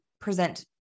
present